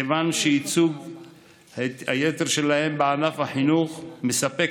כיוון שייצוג היתר שלהם בענף החינוך מספק